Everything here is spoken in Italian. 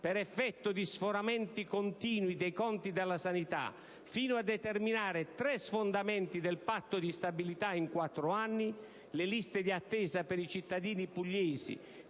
per effetto di sforamenti continui dei conti della sanità, fino a determinare tre sfondamenti del patto di stabilità in quattro anni, le liste di attesa per i cittadini pugliesi